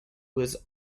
was